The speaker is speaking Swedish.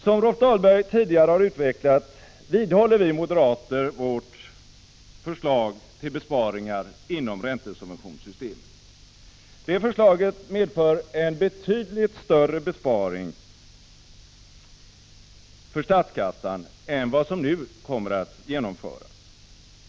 Som Rolf Dahlberg tidigare har utvecklat vidhåller vi moderater vårt förslag till besparingar inom räntesubventionssystemet. Det förslaget medför en betydligt större besparing för statskassan än vad som nu kommer att genomföras.